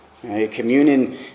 Communion